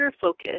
focus